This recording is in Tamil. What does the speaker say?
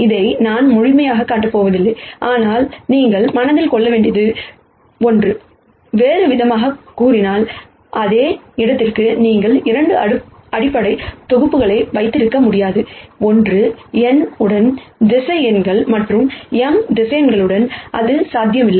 இதை நான் முறையாகக் காட்டப் போவதில்லை ஆனால் நீங்கள் மனதில் கொள்ள வேண்டிய ஒன்று வேறுவிதமாகக் கூறினால் அதே இடத்திற்கு நீங்கள் 2 அடிப்படை தொகுப்புகளை வைத்திருக்க முடியாது ஒன்று n உடன் வெக்டர் மற்றொன்று m வெக்டர்ஸ் அது சாத்தியமில்லை